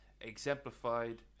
exemplified